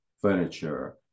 furniture